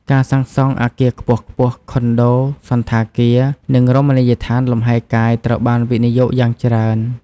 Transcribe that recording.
ការសាងសង់អគារខ្ពស់ៗ ខុនដូ សណ្ឋាគារនិងរមណីយដ្ឋានលំហែកាយត្រូវបានវិនិយោគយ៉ាងច្រើន។